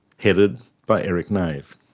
headed by eric nave.